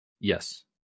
yes